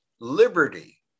Liberty